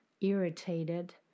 irritated